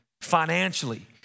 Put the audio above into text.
financially